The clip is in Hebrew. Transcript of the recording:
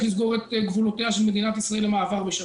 לסגור את גבולותיה של מדינת ישראל למעבר בשבת.